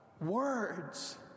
words